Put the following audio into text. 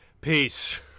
Peace